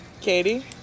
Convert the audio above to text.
Katie